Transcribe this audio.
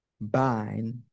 bind